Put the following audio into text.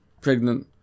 pregnant